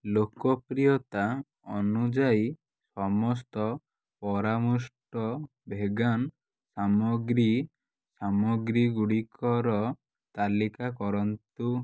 ଲୋକପ୍ରିୟତା ଅନୁଯାୟୀ ସମସ୍ତ ପରାମୃଷ୍ଟ ଭେଗାନ୍ ସାମଗ୍ରୀ ସାମଗ୍ରୀ ଗୁଡ଼ିକର ତାଲିକା କରନ୍ତୁ